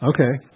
Okay